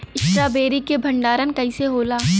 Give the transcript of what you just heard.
Strawberry के भंडारन कइसे होला?